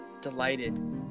delighted